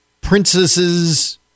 princesses